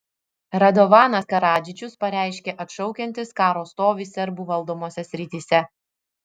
radovanas karadžičius pareiškė atšaukiantis karo stovį serbų valdomose srityse